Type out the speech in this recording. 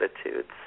attitudes